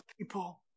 people